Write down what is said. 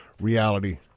reality